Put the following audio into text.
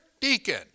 deacon